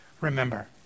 remember